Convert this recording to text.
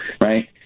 Right